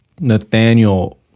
Nathaniel